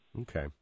Okay